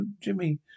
Jimmy